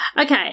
Okay